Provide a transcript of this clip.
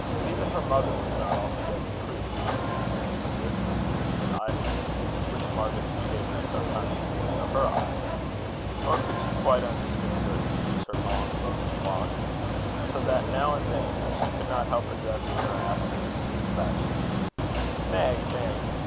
but even her mother was not altogether proof against the appearance of listlessness and idleness which margaret's behaviour sometimes wore to her eyes nor could she quite understand or excuse her long lonely walks so that now and then she could not help addressing her after this fashion meg! meg!